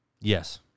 Yes